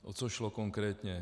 O co šlo konkrétně?